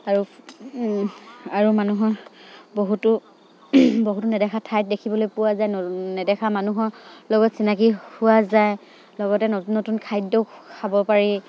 আৰু আৰু মানুহৰ বহুতো বহুতো নেদেখা ঠাইত দেখিবলৈ পোৱা যায় নেদেখা মানুহৰ লগত চিনাকি হোৱা যায় লগতে নতুন নতুন খাদ্যও খাব পাৰি